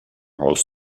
haus